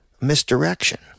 misdirection